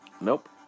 Nope